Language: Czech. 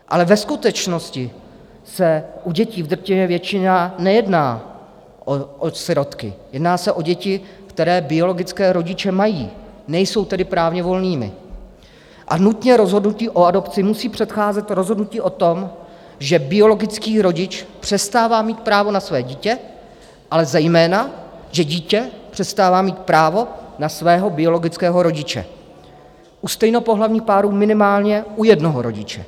Ale ve skutečnosti se u dětí v drtivé většině nejedná o sirotky, jedná se o děti, které biologické rodiče mají, nejsou tedy právně volnými a nutně rozhodnutí o adopci musí předcházet rozhodnutí o tom, že biologický rodič přestává mít právo na své dítě, ale zejména že dítě přestává mít právo na svého biologického rodiče, u stejnopohlavních párů minimálně u jednoho rodiče.